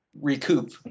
recoup